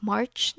March